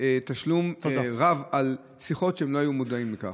תשלום רב על שיחות כשהם לא היו מודעים לכך.